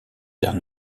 terre